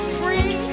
free